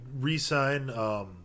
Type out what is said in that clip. re-sign